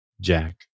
Jack